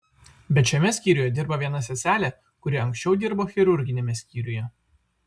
bet šiame skyriuje dirba viena seselė kuri anksčiau dirbo chirurginiame skyriuje